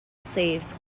saves